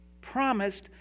promised